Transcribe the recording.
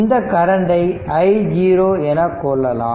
இந்த கரண்டை i0 எனக் கொள்ளலாம்